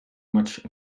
much